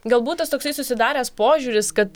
galbūt tas toksai susidaręs požiūris kad